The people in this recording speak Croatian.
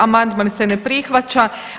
Amandman se ne prihvaća.